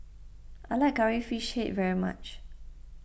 I like Curry Fish Head very much